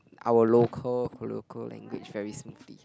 our local local language very simply